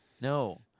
no